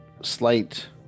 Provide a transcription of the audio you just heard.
slight